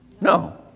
No